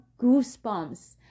goosebumps